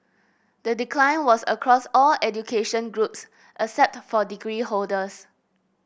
the decline was across all education groups except for degree holders